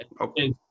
Okay